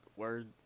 Word